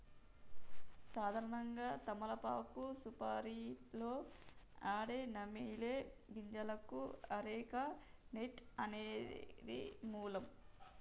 సాధారణంగా తమలపాకు సుపారీలో ఆడే నమిలే గింజలకు అరెక నట్ అనేది మూలం